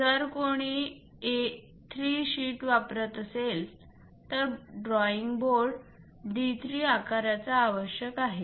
जर कोणी A 3 sheet वापरत असेल तर ड्रॉईंग बोर्ड D 3 आकाराचा आवश्यक आहे